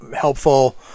helpful